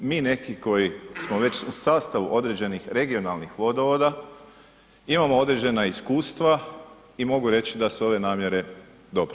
Mi neki koji smo već u sastavu određenih regionalnih vodovoda imamo određena iskustva i mogu reći da su ove namjere dobre.